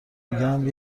میگم